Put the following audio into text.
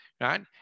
right